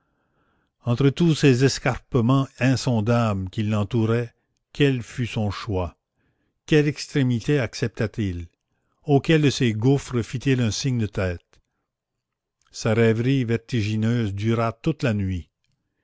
entre tous ces escarpements insondables qui l'entouraient quel fut son choix quelle extrémité accepta t il auquel de ces gouffres fit-il un signe de tête sa rêverie vertigineuse dura toute la nuit